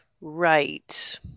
Right